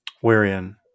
Wherein